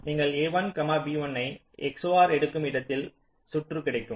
நீங்கள் a1 b1 ஐ XOR எடுக்கும் இடத்தில் சுற்று கிடைக்கும்